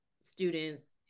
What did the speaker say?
students